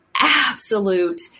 absolute